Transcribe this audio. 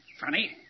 Funny